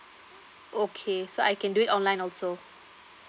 okay so I can do it online also